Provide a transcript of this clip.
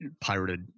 pirated